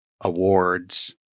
awards